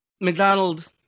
McDonald